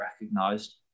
recognised